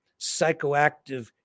psychoactive